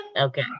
Okay